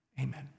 Amen